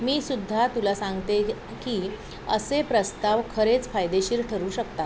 मी सुद्धा तुला सांगते की असे प्रस्ताव खरेच फायदेशीर ठरू शकतात